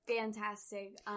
Fantastic